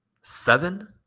seven